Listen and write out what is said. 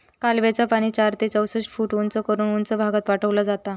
कालव्याचा पाणी चार ते चौसष्ट फूट उंच करून उंच भागात पाठवला जाता